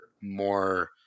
more